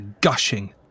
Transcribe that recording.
gushing